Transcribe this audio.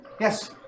Yes